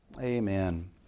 Amen